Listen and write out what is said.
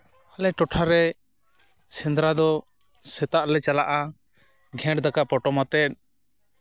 ᱟᱞᱮ ᱴᱚᱴᱷᱟᱨᱮ ᱥᱮᱸᱫᱽᱨᱟ ᱫᱚ ᱥᱮᱛᱟᱜ ᱞᱮ ᱪᱟᱞᱟᱜᱼᱟ ᱜᱷᱮᱸᱴ ᱫᱟᱠᱟ ᱯᱚᱴᱚᱢ ᱟᱛᱮᱫ